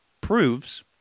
proves